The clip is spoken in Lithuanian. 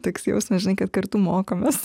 toks jausmas žinai kad kartu mokamės